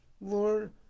Lord